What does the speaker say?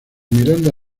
miranda